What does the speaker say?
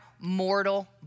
mortal